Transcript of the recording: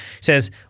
says